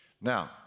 Now